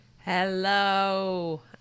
Hello